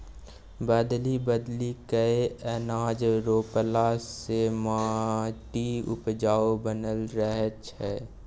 बदलि बदलि कय अनाज रोपला से माटि उपजाऊ बनल रहै छै